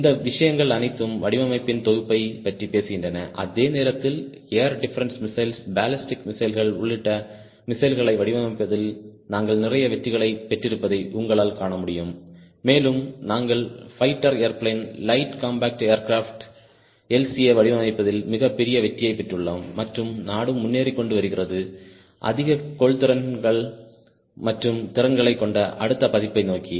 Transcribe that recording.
இந்த விஷயங்கள் அனைத்தும் வடிவமைப்பின் தொகுப்பைப் பற்றி பேசுகின்றன அதே நேரத்தில் ஏர் டிஃபரென்ஸ் மிஸ்ஸைல்ஸ் பாலிஸ்டிக் மிஸ்ஸைல்கள் உள்ளிட்ட மிஸ்ஸைல்களை வடிவமைப்பதில் நாங்கள் நிறைய வெற்றிகளைப் பெற்றிருப்பதை உங்களால் காண முடியும் மேலும் நாங்கள் fighter airplane light combat aircraft LCA வடிவமைப்பதில் மிகப்பெரிய வெற்றியைப் பெற்றுள்ளோம் மற்றும் நாடும் முன்னேறி கொண்டு வருகிறது அதிக கொள்திறன்கள் மற்றும் திறன்களைக் கொண்ட அடுத்த பதிப்பை நோக்கி